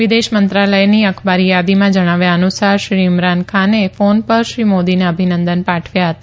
વિદેશ મંત્રાલયની અખબારી યાદીમાં જણાવ્યા અનુસાર શ્રી ઈમરાન ખાને ફોન પર શ્રી મોદીને અભિનંદન પાઠવ્યા હતા